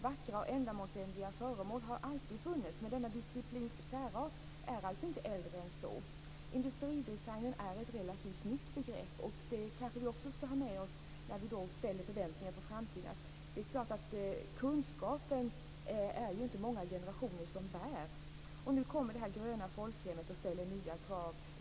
Vackra och ändamålsenliga föremål har alltid funnits men denna disciplins särart är alltså inte äldre än som nämnts. Industridesignen är ett relativt nytt begrepp. Det ska vi kanske också ha med oss när vi har förväntningar på framtiden. Det är självklart inte många generationer som bär kunskapen här, och nu kommer det gröna folkhemmet och ställer nya krav.